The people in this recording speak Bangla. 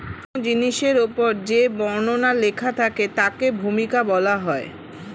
কোন জিনিসের উপর যে বর্ণনা লেখা থাকে তাকে ভূমিকা বলা হয়